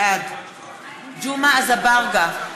בעד ג'מעה אזברגה,